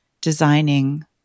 designing